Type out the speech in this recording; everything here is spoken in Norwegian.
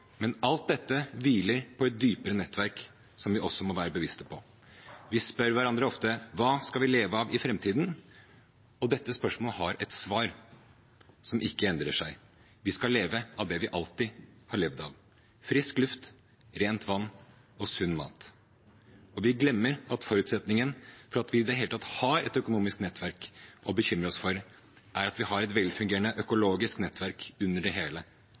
Men alt dette hviler på et dypere nettverk vi også må være bevisst på. Vi spør hverandre ofte: Hva skal vi leve av i framtiden? Dette spørsmålet har et svar som ikke endrer seg: Vi skal leve av det vi alltid har levd av – frisk luft, rent vann og sunn mat. Vi glemmer at forutsetningen for at vi i det hele tatt har et økonomisk nettverk å bekymre oss for, er at vi har et velfungerende økologisk nettverk under det hele,